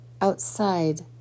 outside